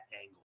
angle